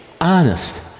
honest